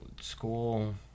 school